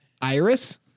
iris